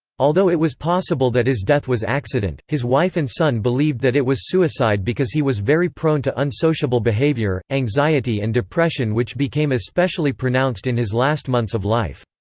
although it was possible that his death was accident, his wife and son believed that it was suicide because he was very prone to unsociable behavior, anxiety and depression which became especially pronounced in his last months of life.